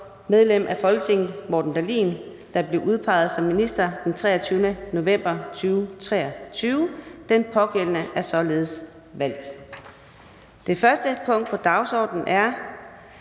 medlem af Folketinget Morten Dahlin, der blev udpeget som minister den 23. november 2023. Den pågældende er således valgt. --- Det første punkt på dagsordenen er: